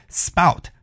spout